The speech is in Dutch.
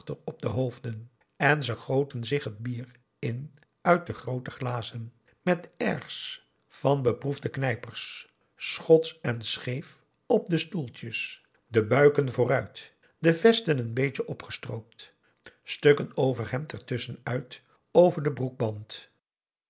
op de hoofden en ze goten zich het bier in uit de groote glazen met airs van beproefde kneipers schots en scheef op de stoeltjes de buiken vooruit de vesten n beetje opgestroopt stukken overhemd er tusschen uit over den broekband de